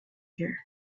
here